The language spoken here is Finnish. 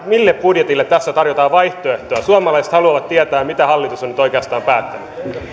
mille budjetille tässä tarjotaan vaihtoehtoa suomalaiset haluavat tietää mitä hallitus on nyt oikeastaan päättänyt